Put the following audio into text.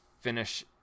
finish